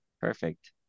perfect